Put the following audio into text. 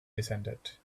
descended